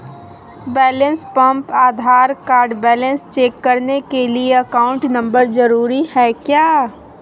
Balance pump Aadhaar card balance check करने के लिए अकाउंट नंबर जरूरी है क्या?